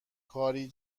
کاری